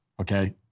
okay